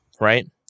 right